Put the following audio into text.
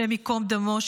השם ייקום דמו,